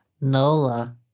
Nola